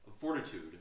fortitude